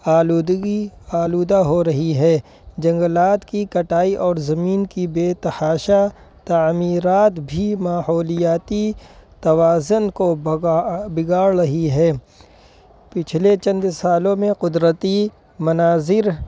آلودگی آلودہ ہو رہی ہے جنگلات کی کٹائی اور زمین کی بے تحاشا تعمیرات بھی ماحولیاتی توازن کو بگاڑ رہی ہے پچھلے چند سالوں میں قدرتی مناظر